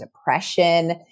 depression